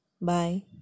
Bye